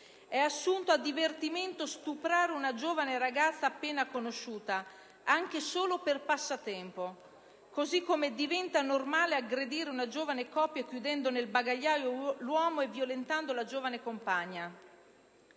è assurto a divertimento stuprare una giovane ragazza appena conosciuta, anche solo per passatempo, così come diventa normale aggredire una giovane coppia chiudendo nel bagagliaio l'uomo e violentando la giovane compagna.